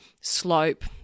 slope